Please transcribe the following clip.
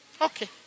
Okay